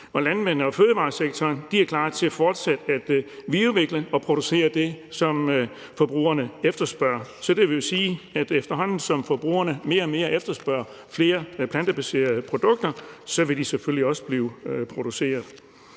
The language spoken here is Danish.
landmændene og fødevaresektoren er klar til fortsat at videreudvikle og producere det, som forbrugerne efterspørger, så det vil sige, at efterhånden som forbrugerne mere og mere efterspørger flere plantebaserede produkter, vil de selvfølgelig også blive produceret.